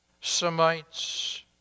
Semites